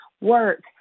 work